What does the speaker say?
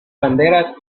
banderas